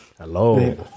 Hello